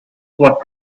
what